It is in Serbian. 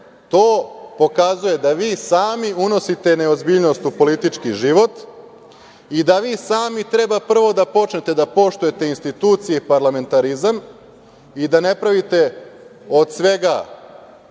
pokazuje da vi sami unosite neozbiljnost u politički život i da vi sami treba prvo da počnete da poštujete institucije parlamentarizma i da ne pravite od svega